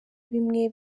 bimwe